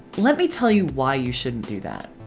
let me tell you why you shouldn't do that.